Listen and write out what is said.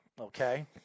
Okay